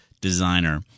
designer